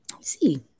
see